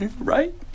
right